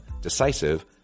decisive